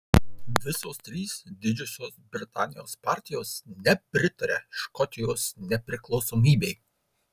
visos trys didžiosios britanijos partijos nepritaria škotijos nepriklausomybei